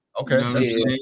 Okay